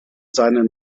seinen